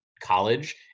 college